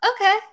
okay